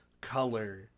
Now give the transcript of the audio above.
color